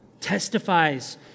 testifies